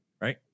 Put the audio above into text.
Right